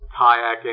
kayaking